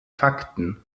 fakten